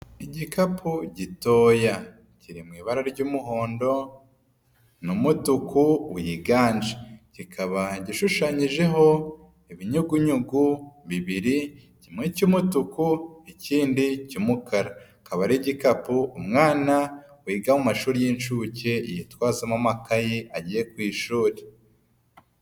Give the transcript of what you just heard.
Igikapu gitoya, kiri mu ibara ry'umuhondo, n'umutuku wiganje. Kikaba gishushanyijeho, ibinyugunyugu bibiri, kimwe cy'umutuku ikindi cy'umukara. Akaba ari igikapu umwana wiga mu mashuri y'inshuke yitwazamo amakayi agiye ku ishuri.